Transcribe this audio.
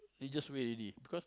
religious way already because